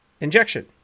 injection